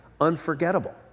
unforgettable